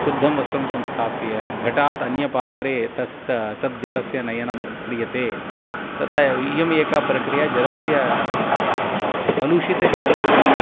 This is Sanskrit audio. शुद्धं वस्त्रं संस्थाप्य घटात् अन्यपात्रे तस्य तद् जलस्य नयनं क्रियते तदा इयम् एका प्रक्रिया जलस्य कलुषितजलस्य